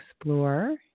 explore